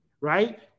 Right